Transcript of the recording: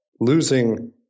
losing